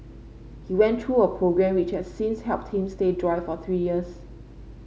he went through a programme which has since helped him stay dry for three years